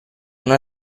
una